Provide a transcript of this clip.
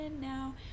now